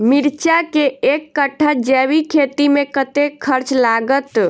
मिर्चा केँ एक कट्ठा जैविक खेती मे कतेक खर्च लागत?